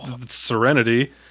serenity